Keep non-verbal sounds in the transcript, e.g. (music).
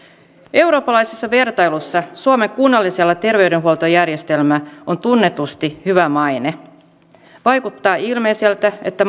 eurooppalaisessa vertailussa suomen kunnallisella terveydenhuoltojärjestelmällä on tunnustetusti hyvä maine vaikuttaa ilmeiseltä että (unintelligible)